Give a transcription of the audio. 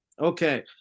okay